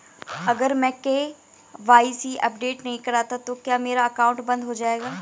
अगर मैं KYC update नहीं करता तो क्या मेरा अकाउंट बंद हो जाएगा?